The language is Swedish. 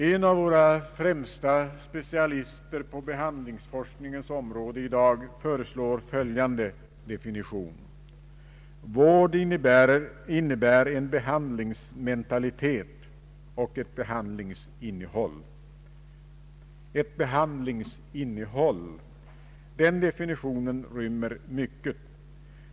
En av våra främsta specialister på behandlingsforskningens område i dag föreslår följande definition: ”Vård innebär en behandlingsmentalitet och ett behandlingsinnehåll.” Ett behandlingsinnehåll — den definitionen rymmer mycket.